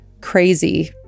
crazy